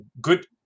good